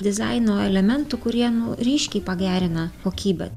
dizaino elementų kurie nu ryškiai pagerina kokybę